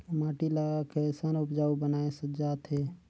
माटी ला कैसन उपजाऊ बनाय जाथे?